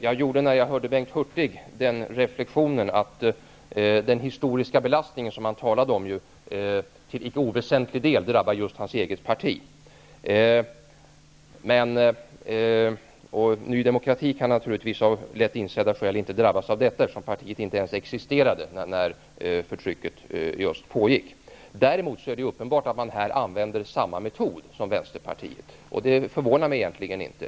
Fru talman! När jag hörde Bengt Hurtig gjorde jag den reflektionen att den historiska belastning som han talade om till icke oväsentlig del drabbar just hans eget parti. Ny demokrati kan naturligtvis av lätt insedda skäl inte drabbas av detta, eftersom partiet inte ens existerade när förtrycket pågick. Däremot är det uppenbart att man här använder samma metod som Vänsterpartiet. Det förvånar mig egentligen inte.